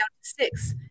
six